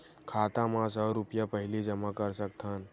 खाता मा सौ रुपिया पहिली जमा कर सकथन?